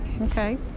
Okay